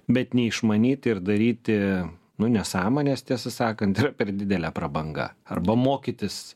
bet neišmanyti ir daryti nu nesąmonės tiesą sakant yra per didelė prabanga arba mokytis